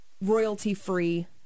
royalty-free